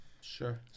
Sure